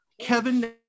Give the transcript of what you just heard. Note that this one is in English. Kevin